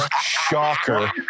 shocker